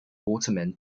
waterman